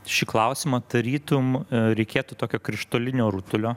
šį klausimą tarytum reikėtų tokio krištolinio rutulio